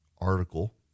article